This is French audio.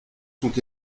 sont